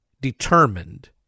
determined